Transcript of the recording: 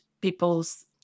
people's